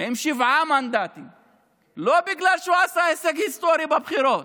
לא בגלל שהוא עשה הישג היסטורי בבחירות,